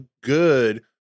good